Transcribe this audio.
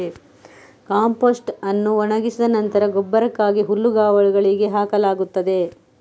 compost ಅನ್ನು ಒಣಗಿಸಿ ನಂತರ ಗೊಬ್ಬರಕ್ಕಾಗಿ ಹುಲ್ಲುಗಾವಲುಗಳಿಗೆ ಹಾಕಲಾಗುತ್ತದೆ